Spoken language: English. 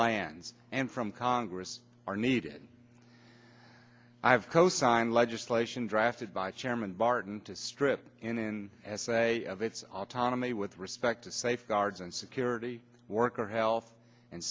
lands and from congress are needed i have cosigned legislation drafted by chairman barton to strip in as say of its autonomy with respect to safeguards and security worker health and